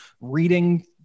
reading